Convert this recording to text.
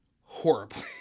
horribly